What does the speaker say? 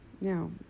now